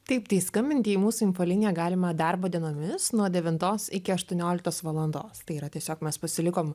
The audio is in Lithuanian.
taip tai skambinti į mūsų info liniją galima darbo dienomis nuo devintos iki aštuonioliktos valandos tai yra tiesiog mes pasilikom